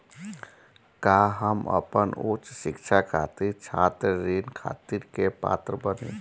का हम अपन उच्च शिक्षा खातिर छात्र ऋण खातिर के पात्र बानी?